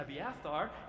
Abiathar